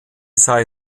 sei